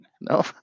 No